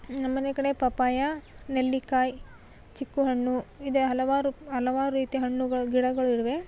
ನಮ್ಮನೆ ಕಡೆ ಪಪ್ಪಾಯ ನೆಲ್ಲಿಕಾಯಿ ಚಿಕ್ಕು ಹಣ್ಣು ಇದೆ ಹಲವಾರು ಹಲವಾರು ರೀತಿಯ ಹಣ್ಣುಗಳು ಗಿಡಗಳು ಇವೆ